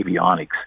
avionics